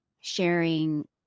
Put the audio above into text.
sharing